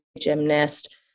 gymnast